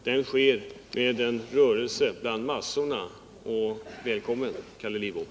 Den sker med en rörelse bland massorna — och välkommen, Carl Lidbom!